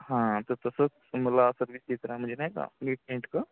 हां तर तसंच मला सर्विस देत राहा म्हणजे नाही का नीटनेटकं